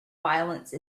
violence